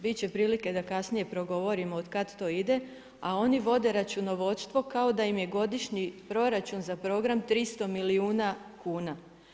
Bit će prilike da kasnije progovorimo od kada to ide, a oni vode računovodstvo kao da im je godišnji proračun za program 300 milijuna kuna.